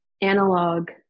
analog